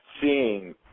seeing